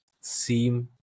seem